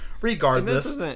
regardless